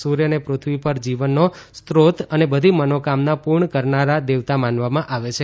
સુર્યને પૃથ્વી પર જીવનનો સ્ત્રોત અને બધી મનોકામના પુર્ણ કરનારા દેવતા માનવામાં આવે છે